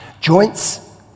Joints